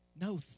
no